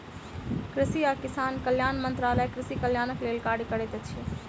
कृषि आ किसान कल्याण मंत्रालय कृषि कल्याणक लेल कार्य करैत अछि